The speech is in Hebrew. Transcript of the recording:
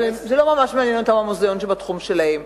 אבל לא ממש מעניין אותן המוזיאון שבתחום שלהן.